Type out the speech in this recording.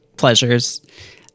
pleasures